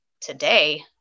today